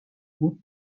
بود